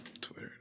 Twitter